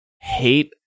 hate